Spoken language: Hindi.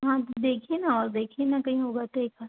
हाँ जी देखिए ना और देखिये ना कहीं होगा तो एक आध